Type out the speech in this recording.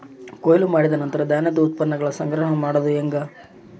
ಕೊಯ್ಲು ಮಾಡಿದ ನಂತರ ಧಾನ್ಯದ ಉತ್ಪನ್ನಗಳನ್ನ ಸಂಗ್ರಹ ಮಾಡೋದು ಹೆಂಗ?